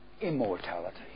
immortality